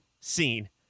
scene